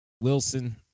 Wilson